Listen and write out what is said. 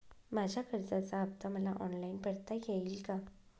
माझ्या कर्जाचा हफ्ता मला ऑनलाईन भरता येईल का?